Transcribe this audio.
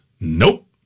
Nope